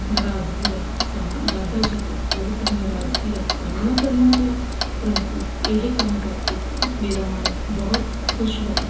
ਨਰਾਜਗੀ ਦਾ ਸਾ ਦਾਦਾ ਜੀ ਤੋਂ ਬਹੁਤ ਹੀ ਨਰਾਜਗੀ ਸਾਮਣਾ ਕਰਨਾ ਪਿਆ ਪਰੰਤੂ ਇਹ ਕੰਮ ਕਰਕੇ ਮੇਰਾ ਮਨ ਬਹੁਤ ਖੁਸ਼ ਹੋਇਆ